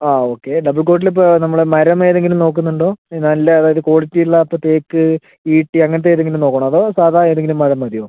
ആ okay double കോട്ടിൽ ഇപ്പം നമ്മള് മരം ഏതെങ്കിലും നോക്കുന്നുണ്ടോ നല്ല അതായത് ക്വാളിറ്റി ഇല്ലാത്ത തേക്ക് ഈട്ടി അങ്ങനത്ത ഏതെങ്കിലും നോക്കണോ അതോ സാധാ ഏതെങ്കിലും മരം മതിയോ